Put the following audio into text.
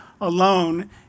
alone